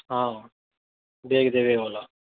ହଁ ଭଲ